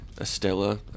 Estella